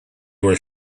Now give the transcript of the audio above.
were